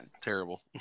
terrible